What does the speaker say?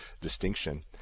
distinction